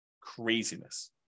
Craziness